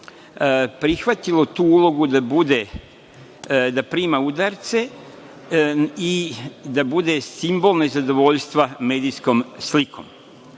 prihvatio da prima udarce i da bude simbol nezadovoljstva medijskom slikom.